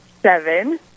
seven